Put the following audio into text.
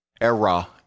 era